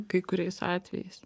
kai kuriais atvejais